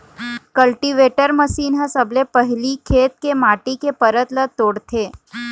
cultivator मसीन ह सबले पहिली खेत के माटी के परत ल तोड़थे